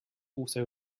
also